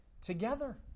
together